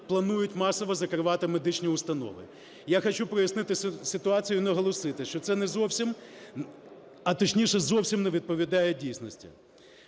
планують масово закривати медичні установи. Я хочу прояснити ситуацію і наголосити, що це не зовсім, а точніше, зовсім не відповідає дійсності.